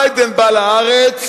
ביידן בא לארץ,